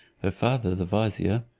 her father the vizier.